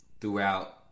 throughout